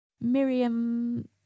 Miriam